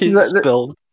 spilled